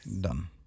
Done